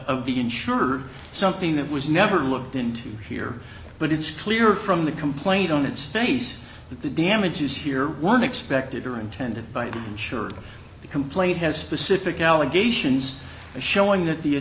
of the insurer something that was never looked into here but it's clear from the complaint on its face that the damages here weren't expected or intended by the insured the complaint has specific allegations showing that the